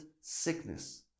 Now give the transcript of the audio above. sickness